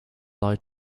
lie